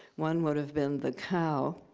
one would have been the cow,